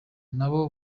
nabo